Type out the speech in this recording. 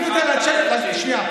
היה מבחן בעייתי, לא הייתה, שנייה.